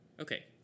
Okay